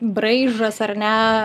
braižas ar ne